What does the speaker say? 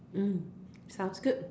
mm sounds good